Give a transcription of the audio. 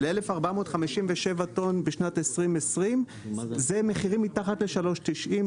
ל-1,457 טון בשנת 2020. אלה מחירים מתחת ל-3.90,